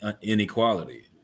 inequality